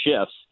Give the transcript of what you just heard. shifts